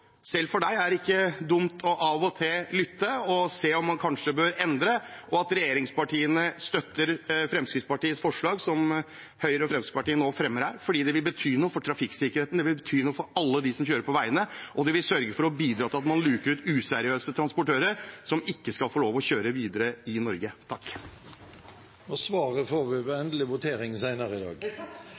er det selv for statsråden ikke dumt å av og til lytte og se om man kanskje bør endre noe, slik at regjeringspartiene støtter forslaget som Høyre og Fremskrittspartiet nå fremmer. Det vil bety noe for trafikksikkerheten, det vil bety noe for alle dem som kjører på veiene, og det vil sørge for å bidra til at man luker ut useriøse transportører, som ikke skal få lov til å kjøre videre i Norge. Svaret får vi ved endelig votering senere i dag.